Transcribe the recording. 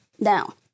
Now